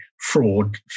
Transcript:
fraud